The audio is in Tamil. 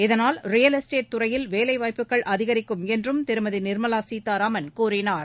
இதனால் ரியல் எஸ்டேட் துறையில் வேலைவாய்ப்புகள் அதிகரிக்கும் என்று திருமதி நிர்மலா சீதாராமன் கூறினார்